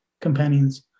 companions